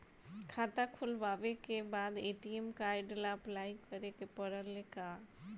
खाता खोलबाबे के बाद ए.टी.एम कार्ड ला अपलाई करे के पड़ेले का?